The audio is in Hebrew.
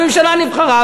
הממשלה נבחרה,